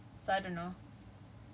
cause the sensation is just on us